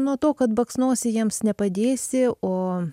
nuo to kad baksnosi jiems nepadėsi o